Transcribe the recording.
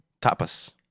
Tapas